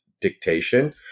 dictation